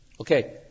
Okay